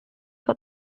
got